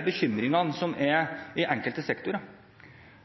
bekymringen som er i enkelte sektorer –